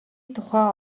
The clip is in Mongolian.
тухай